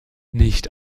nicht